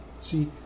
See